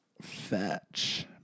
Fetch